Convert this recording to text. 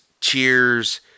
cheers